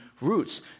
roots